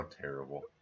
terrible